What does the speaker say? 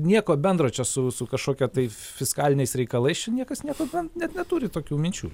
nieko bendro čia su su kažkokia tai fiskaliniais reikalais čia niekas nieko bendra net neturi tokių minčių